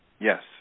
Yes